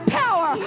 power